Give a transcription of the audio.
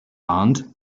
band